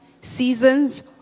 seasons